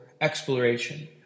exploration